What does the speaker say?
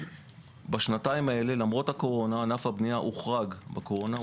ענף הבנייה הוחרג בקורונה,